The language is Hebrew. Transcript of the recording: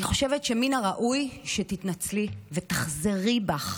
אני חושבת שמן הראוי שתתנצלי ותחזרי בך,